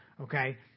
okay